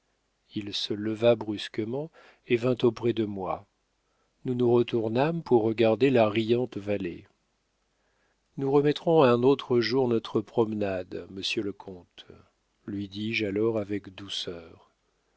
il se leva brusquement et vint auprès de moi nous nous retournâmes pour regarder la riante vallée nous remettrons à un autre jour notre promenade monsieur le comte lui dis-je alors avec douceur